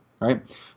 right